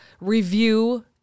review